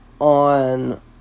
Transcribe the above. on